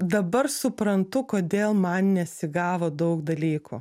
dabar suprantu kodėl man nesigavo daug dalykų